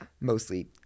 Mostly –